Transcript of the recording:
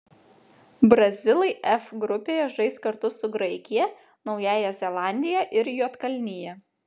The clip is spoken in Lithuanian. brazilai f grupėje žais kartu su graikija naująja zelandija ir juodkalnija